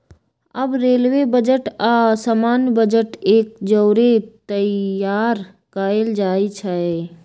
अब railway budget आऽ सामान्य बजट एक जौरे तइयार कएल जाइ छइ